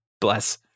bless